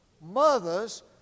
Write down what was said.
Mothers